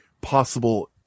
possible